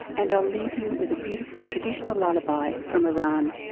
and i'll leave you with a beautiful traditional lullaby from iran